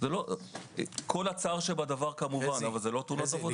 עם כל הצער שבדבר זה לא תאונת עבודה.